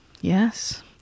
yes